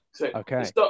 Okay